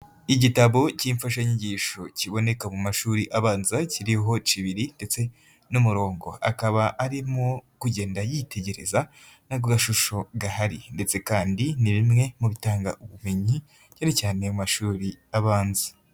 Igitabo cy'imfashanyigisho kiboneka mu mashuri abanza, kiriho Cibiri ndetse n'umurongo, akaba arimo kugenda yitegereza agashusho gahari ndetse kandi ni bimwe mu bitanga ubumenyi cyane cyane mu mashuri abanza.